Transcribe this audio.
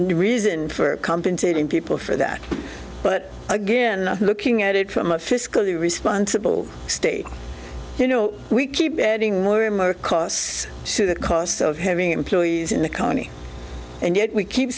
reason for compensating people for that but again looking at it from a fiscally responsible state you know we keep adding more and more costs to the cost of having employees in the county and yet we keep